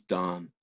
done